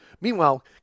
Meanwhile